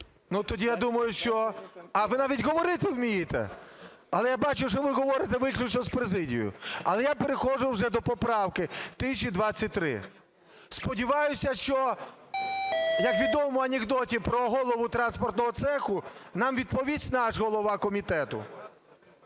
ну, тоді я думаю, що... А ви навіть говорити вмієте? Але я бачу, що ви говорите виключно з президією. Але я переходжу вже до поправки 1023. Сподіваюся, що, як у відомому анекдоті про голову транспортного цеху, нам відповість наш голова комітету.